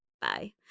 bye